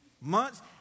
months